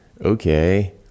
okay